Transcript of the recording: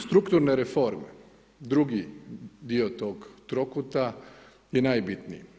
Strukturne reforme, drugi dio tog trokuta je najbitniji.